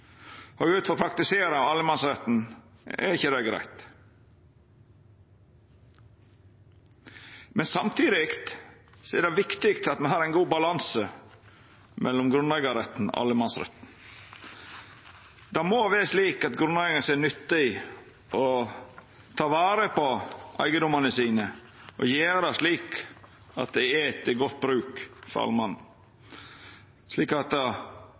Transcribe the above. allemannsretten er ikkje det greitt. Samtidig er det viktig at me har ein god balanse mellom grunneigarretten og allemannsretten. Det må vera slik at grunneigarane ser nytte i å ta vare på eigedomane sine, og sørgjer for at dei er til god bruk for alle mann, slik at folk flest verkeleg har nytte av å vera der. Det